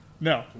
No